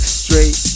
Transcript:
straight